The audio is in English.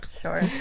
Sure